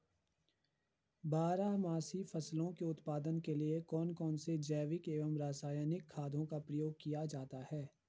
बारहमासी फसलों के उत्पादन के लिए कौन कौन से जैविक एवं रासायनिक खादों का प्रयोग किया जाता है?